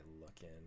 looking